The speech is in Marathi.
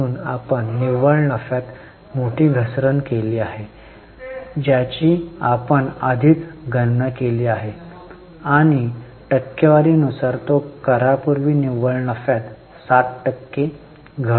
म्हणून आपण निव्वळ नफ्यात मोठी घसरण केली आहे ज्याची आपण आधीच गणना केली आहे आणि टक्केवारी नुसार तो करा पूर्वी निव्वळ नफ्यात 60 टक्के घट आहे